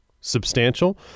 substantial